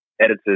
editors